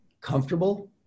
comfortable